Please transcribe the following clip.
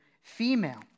female